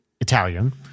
Italian